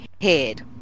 head